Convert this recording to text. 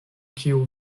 kiu